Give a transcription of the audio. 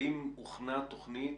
האם הוכנה תוכנית